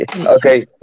okay